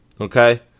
okay